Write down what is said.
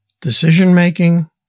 decision-making